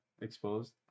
exposed